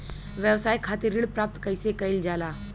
व्यवसाय खातिर ऋण प्राप्त कइसे कइल जाला?